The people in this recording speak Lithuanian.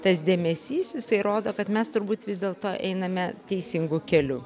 tas dėmesys jisai rodo kad mes turbūt vis dėlto einame teisingu keliu